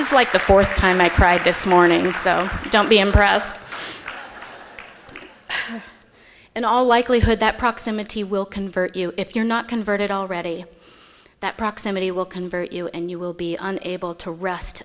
thanks like the fourth time i cried this morning so don't be impressed and all likelihood that proximity will convert you if you're not converted already that proximity will convert you and you will be able to rest